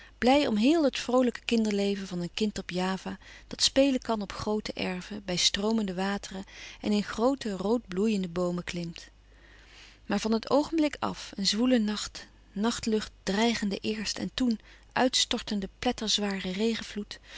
blij om heel het vroolijke kinderleven van een kind op java dat spelen kan op groote erven bij stroomende wateren en in groote rood bloeiende boomen klimt maar van het oogenblik af een zwoele nacht nachtlucht dreigende eerst en toèn uitstortende